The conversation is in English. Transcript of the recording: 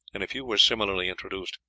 and if you were similarly introduced.